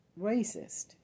racist